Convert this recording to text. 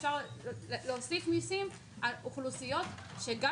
אפשר להוסיף מיסים על אוכלוסיות שגם